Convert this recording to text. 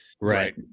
Right